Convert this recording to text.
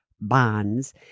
bonds